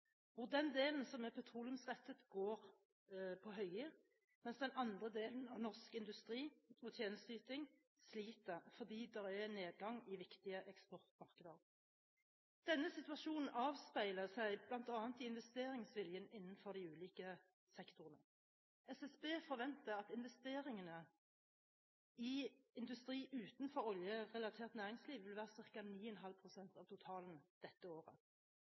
hvor den delen som er petroleumsrelatert, går på høygir, mens den andre delen av norsk industri og tjenesteyting sliter fordi det er nedgang i viktige eksportmarkeder. Denne situasjonen avspeiler seg bl.a. i investeringsviljen innenfor de ulike sektorene. SSB forventer at investeringene i industri utenfor oljerelatert næringsliv vil være ca. 9,5 pst. av totalen dette året.